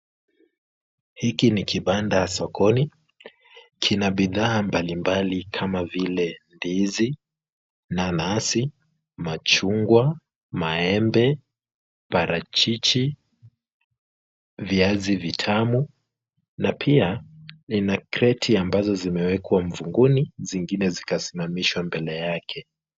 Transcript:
Hiki ni kibanda sokoni, kina bidhaa mbalimbali kama vile ndizi, nanasi, machungwa, maembe, parachichi, viazi vitamu na pia lina kreti ambazo zimewekwa mvunguni zingine zikasimamishwa mbele yake.